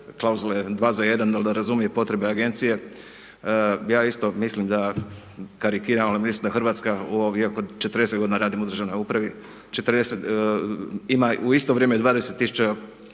klauzule 2 za 1, al da razumije potrebe agencije. Ja isto mislim da, karikiram, ali mislim da RH, iako radim 40 godina u državnoj upravi, 40, ima u isto vrijeme 20